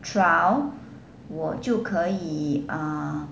trial 我就可以 uh